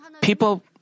people